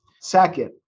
Second